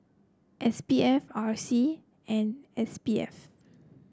S P F R C and S P F